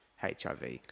HIV